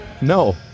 No